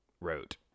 wrote